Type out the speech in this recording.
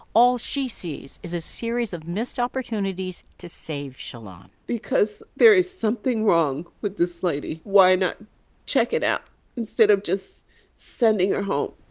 all she sees is a series of missed opportunities to save shalon because there is something wrong with this lady. why not check it out instead of just sending her home?